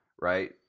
right